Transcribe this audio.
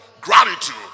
gratitude